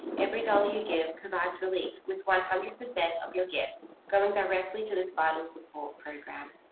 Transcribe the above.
every dollar you give provides relief with one hundred percent of your gift going directly to this vital support program.